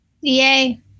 Yay